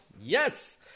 Yes